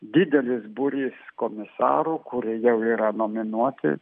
didelis būrys komisarų kurie jau yra nominuoti